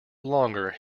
longer